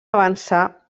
avançar